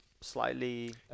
slightly